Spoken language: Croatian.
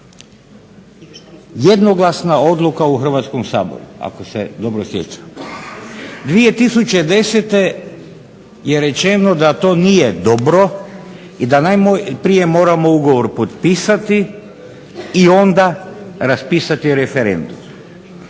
Jednoglasna odluka u Hrvatskom saboru, ako se dobro sjećam. 2010. je rečeno da to nije dobro i da najprije moramo ugovor potpisati i onda raspisati referendum.